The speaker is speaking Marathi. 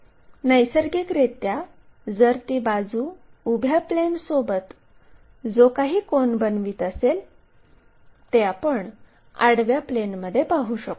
नैसर्गिकरित्या जर ती बाजू उभ्या प्लेनसोबत जो काही कोन बनवित असेल ते आपण आडव्या प्लेनमध्ये पाहू शकतो